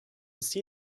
see